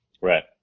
right